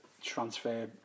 transfer